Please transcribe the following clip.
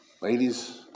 ladies